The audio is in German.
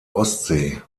ostsee